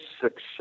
success